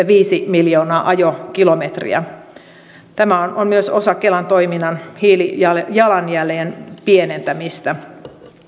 viisi miljoonaa ajokilometriä tämä on on myös osa kelan toiminnan hiilijalanjäljen pienentämistä